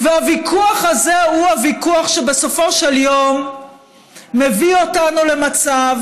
והוויכוח הזה הוא הוויכוח שבסופו של יום מביא אותנו למצב